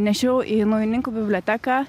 nešiau į naujininkų biblioteką